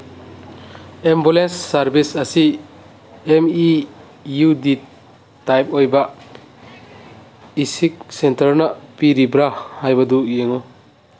ambulance service ꯑꯁꯤ M E U D type ꯑꯣꯏꯕ ꯏꯁꯤꯛ ꯁꯦꯟꯇꯔꯅ ꯄꯤꯔꯤꯕ꯭ꯔꯥ ꯍꯥꯏꯕꯗꯨ ꯌꯦꯡꯉꯨ